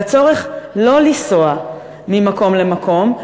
זה הצורך לא לנסוע ממקום למקום,